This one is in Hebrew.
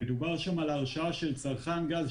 מדובר שם על הרשאה של צרכן גז,